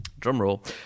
drumroll